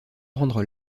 rendre